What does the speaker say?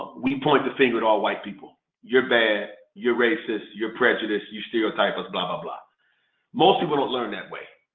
we point the finger at all white people you're bad. you're racist. you're prejudiced. you stereotype us. blah, blah, blah most people don't learn that way.